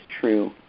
true